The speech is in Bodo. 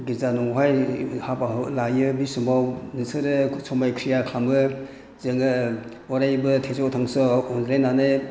गिरजा न'आवहाय हाबा लायो बे समाव नोंसोरो समाय खिरा खालामो जोङो अरायबो थैस' थांस' अनज्लायनानै